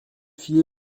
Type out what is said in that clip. filer